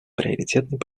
приоритетной